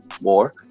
more